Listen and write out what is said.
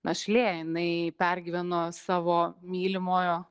našlė jinai pergyveno savo mylimojo